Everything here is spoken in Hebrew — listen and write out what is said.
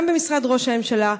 גם במשרד ראש הממשלה,